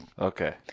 Okay